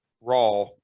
raw